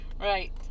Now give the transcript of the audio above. Right